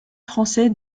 français